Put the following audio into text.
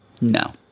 No